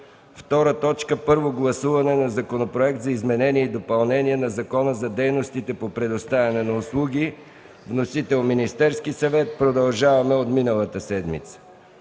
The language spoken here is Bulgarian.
представител. 2. Първо гласуване на Законопроект за изменение и допълнение на Закона за дейностите по предоставяне на услуги. Вносител – Министерският съвет, продължение от миналата седмица.